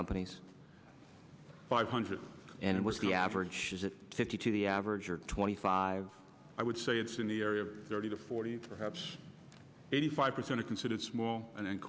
companies five hundred and it was the average is it fifty two the average or twenty five i would say it's in the area of thirty to forty perhaps eighty five percent are considered small and